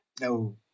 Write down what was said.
no